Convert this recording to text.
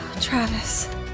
Travis